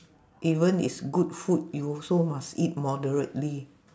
even is good food you also must eat moderately